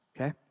Okay